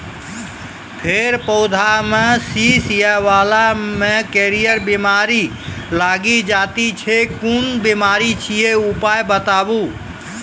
फेर पौधामें शीश या बाल मे करियर बिमारी लागि जाति छै कून बिमारी छियै, उपाय बताऊ?